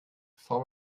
bevor